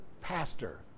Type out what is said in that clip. pastor